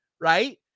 right